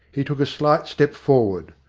he took a slight step forward.